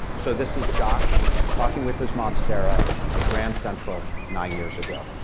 so this is josh talking with his mom sarah at grand central nine years ago.